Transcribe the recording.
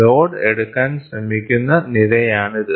load എടുക്കാൻ ശ്രമിക്കുന്ന നിരയാണിത്